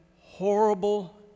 horrible